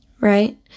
Right